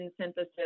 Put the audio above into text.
synthesis